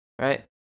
right